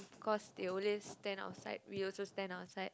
cause they always stand outside we also stand outside